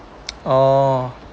oh